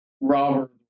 Robert